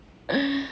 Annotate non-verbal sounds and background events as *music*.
*breath*